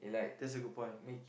that's a good point